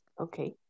Okay